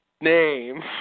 name